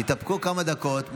תתאפקו כמה דקות,